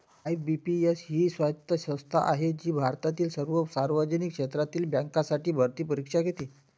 IBPS ही स्वायत्त संस्था आहे जी भारतातील सर्व सार्वजनिक क्षेत्रातील बँकांसाठी भरती परीक्षा घेते